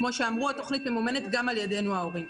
כפי שאמרו, התוכנית ממומנת גם על ידינו ההורים.